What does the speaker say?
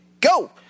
go